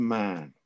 man